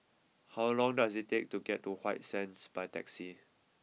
how long does it take to get to White Sands by taxi